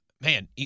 man